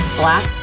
black